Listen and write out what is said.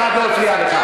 אכן כלאם פאד'י דיברת,